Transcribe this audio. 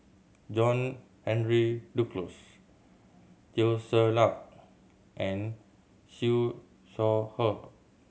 John Henry Duclos Teo Ser Luck and Siew Shaw Her